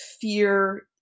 fear